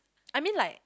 I mean like